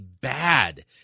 bad